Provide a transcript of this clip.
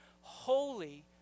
holy